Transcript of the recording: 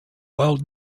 while